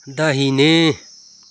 दाहिने